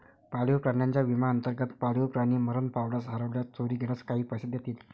पाळीव प्राण्यांच्या विम्याअंतर्गत, पाळीव प्राणी मरण पावल्यास, हरवल्यास, चोरी गेल्यास काही पैसे देतील